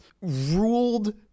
ruled